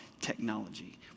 technology